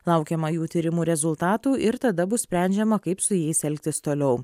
laukiama jų tyrimų rezultatų ir tada bus sprendžiama kaip su jais elgtis toliau